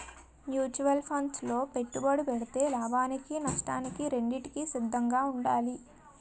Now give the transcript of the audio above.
mutual funds లో పెట్టుబడి పెడితే లాభానికి నష్టానికి రెండింటికి సిద్ధంగా ఉండాలి